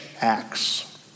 acts